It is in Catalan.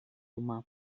humà